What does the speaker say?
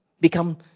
become